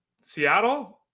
Seattle